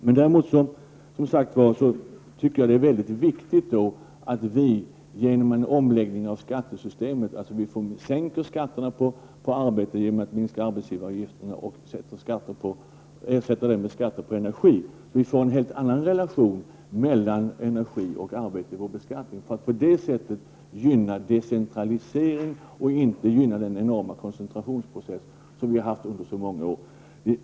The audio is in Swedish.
Jag tycker alltså att det är viktigt att vi får en omläggning av skattesystemet. Vi bör sänka arbetsgivaravgifterna och ersätta detta med skatt på energin, så att vi får en helt annan relation mellan energi och arbete i vår beskattning. På det sättet gynnar vi decentralisering och inte den enorma koncentrationsprocess som vi haft under så många år.